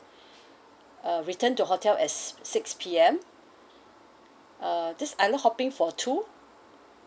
uh return to hotel at s~ six P_M uh this island hopping for two